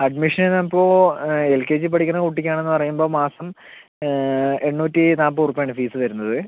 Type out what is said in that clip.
admission അപ്പോൾ L K G പഠിക്കുന്ന കുട്ടിക്ക് ആണെന്ന് പറയുമ്പോൾ മാസം എണ്ണൂറ്റി നാൽപ്പത് ഉർപ്യയാണ് ഫീസ് വരുന്നത്